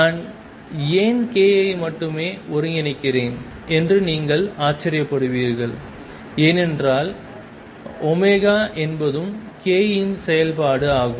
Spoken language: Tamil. நான் ஏன் k ஐ மட்டுமே ஒருங்கிணைக்கிறேன் என்று நீங்கள் ஆச்சரியப்படுவீர்கள் ஏனென்றால் என்பதும் k இன் செயல்பாடு ஆகும்